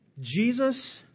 Jesus